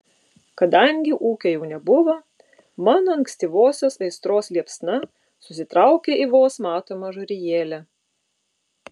kadangi ūkio jau nebuvo mano ankstyvosios aistros liepsna susitraukė į vos matomą žarijėlę